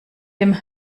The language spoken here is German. dem